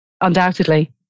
Undoubtedly